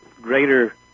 greater